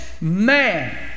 man